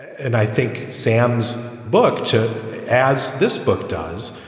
and i think sam's book to as this book does,